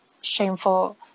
shameful